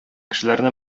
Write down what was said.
кешеләрне